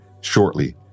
shortly